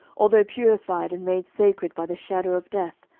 although purified and made sacred by the shadow of death,